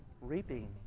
reaping